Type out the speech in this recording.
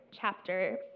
chapter